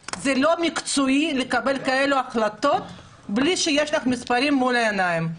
מקצועי לקבל כאלו החלטות בלי שיש לנו מספרים מול העיניים.